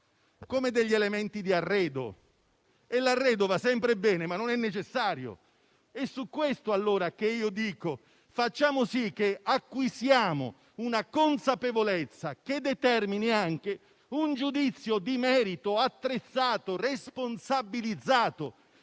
come elementi di arredo, che va sempre bene, ma non è necessario. È su questo, allora, che invito ad acquisire una consapevolezza che determini anche un giudizio di merito attrezzato, responsabilizzato,